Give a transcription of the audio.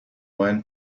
one